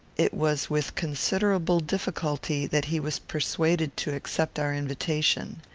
it was with considerable difficulty that he was persuaded to accept our invitation.